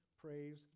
praise